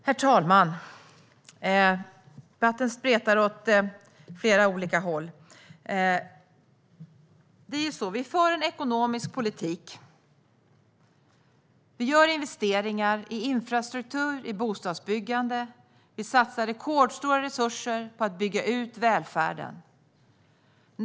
Herr talman! Debatten spretar åt flera olika håll. Vi för en ekonomisk politik. Vi gör investeringar i infrastruktur och bostadsbyggande. Vi satsar rekordstora resurser på att bygga ut välfärden.